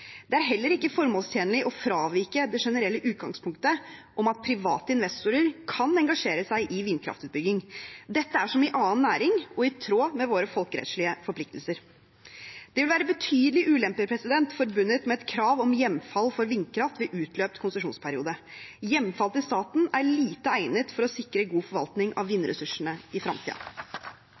Det er heller ikke formålstjenlig å fravike det generelle utgangspunktet om at private investorer kan engasjere seg i vindkraftutbygging. Dette er som i annen næring og i tråd med våre folkerettslige forpliktelser. Det vil være betydelige ulemper forbundet med et krav om hjemfall for vindkraft ved utløpt konsesjonsperiode. Hjemfall til staten er lite egnet for å sikre god forvaltning av vindressursene i